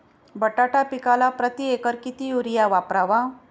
बटाटा पिकाला प्रती एकर किती युरिया वापरावा?